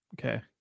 Okay